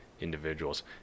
individuals